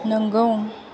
नोंगौ